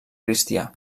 cristià